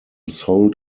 sold